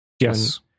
Yes